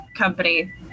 company